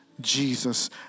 Jesus